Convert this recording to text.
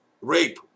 rape